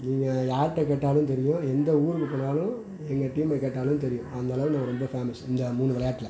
நீங்கள் யார்கிட்ட கேட்டாலும் தெரியும் எந்த ஊருக்கு போனாலும் எங்கள் டீமை கேட்டாலும் தெரியும் அந்த அளவு நாங்கள் ரொம்ப ஃபேமஸு இந்த மூணு விளையாட்டுல